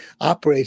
operates